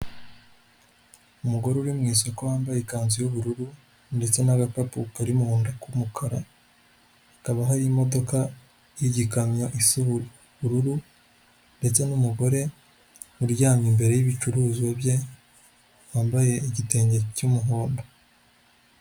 Umugore uri mu isoko wambaye ikanzu y'ubururu ndetse n'agapapu kari mu nda k'umukara hakaba hari imodoka y'igikamyo isa ubururu ndetse n'umugore uryamye imbere y'ibicuruzwa bye yambaye igitenge cy'umuhondo.